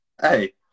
hey